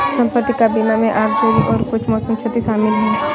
संपत्ति का बीमा में आग, चोरी और कुछ मौसम क्षति शामिल है